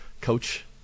Coach